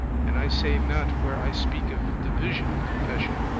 and i say not, where i speak of division of confession,